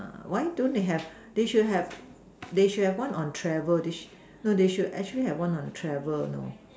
ah why don't they have they should have they should have one on travel they sh~ no they should actually have one on travel you know